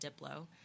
diplo